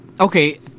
Okay